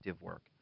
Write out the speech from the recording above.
work